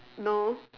no